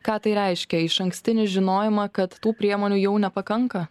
ką tai reiškia išankstinį žinojimą kad tų priemonių jau nepakanka